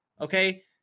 okay